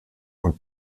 und